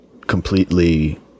completely